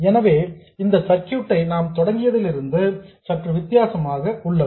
எனவே இந்த சர்க்யூட் நாம் தொடங்கியதில் இருந்து சற்று வித்தியாசமாக உள்ளது